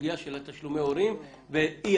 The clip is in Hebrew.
לסוגיה של תשלומי הורים ואי-אפליה,